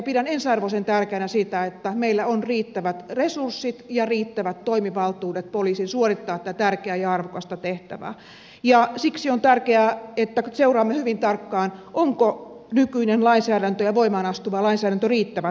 pidän ensiarvoisen tärkeänä sitä että meillä on riittävät resurssit ja riittävät toimivaltuudet poliisilla suorittaa tätä tärkeää ja arvokasta tehtävää ja siksi on tärkeää että seuraamme hyvin tarkkaan onko nykyinen lainsäädäntö ja voimaan astuva lainsäädäntö riittävä tältä osin